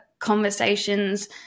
Conversations